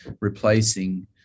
replacing